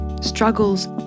struggles